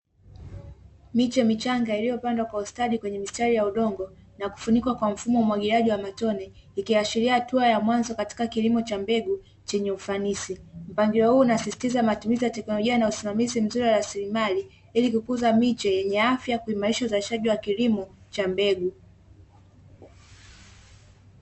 Miche michanga iliyopandwa kwa ustadi kwenye mistari ya udongo na kufunikwa kwa mfumo wa umwagiliaji wa matone ikiashiria hatua ya mwanzo katika kilimo cha mbegu chenye ufanisi. Mpangilio huu unasisitiza matumizi ya teknolojia na usimamizi mazuri ya rasilimali ili kukuza miche yenye afya kuimarisha uzalishaji wa kilimo cha mbegu .